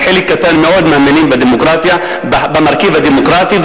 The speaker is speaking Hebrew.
רק חלק קטן מאוד מאמינים במרכיב הדמוקרטי,